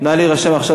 נא להירשם עכשיו,